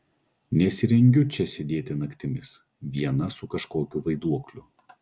nesirengiu čia sėdėti naktimis viena su kažkokiu vaiduokliu